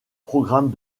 programmes